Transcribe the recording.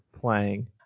playing